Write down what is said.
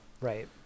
right